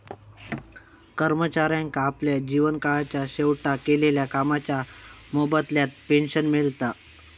कर्मचाऱ्यांका आपल्या जीवन काळाच्या शेवटाक केलेल्या कामाच्या मोबदल्यात पेंशन मिळता